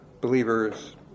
believers